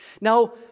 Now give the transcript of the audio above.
Now